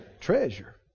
Treasure